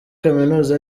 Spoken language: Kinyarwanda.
kaminuza